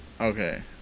Okay